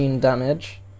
damage